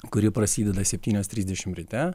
kuri prasideda septynios trisdešimt ryte